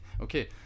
okay